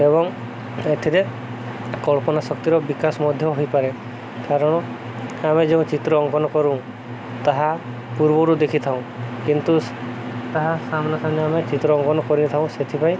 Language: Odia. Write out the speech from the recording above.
ଏବଂ ଏଥିରେ କଳ୍ପନା ଶକ୍ତିର ବିକାଶ ମଧ୍ୟ ହୋଇପାରେ କାରଣ ଆମେ ଯେଉଁ ଚିତ୍ର ଅଙ୍କନ କରୁଁ ତାହା ପୂର୍ବରୁ ଦେଖିଥାଉଁ କିନ୍ତୁ ତାହା ସାମ୍ନା ସାମ୍ନି ଆମେ ଚିତ୍ର ଅଙ୍କନ କରିଥାଉ ସେଥିପାଇଁ